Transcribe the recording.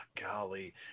golly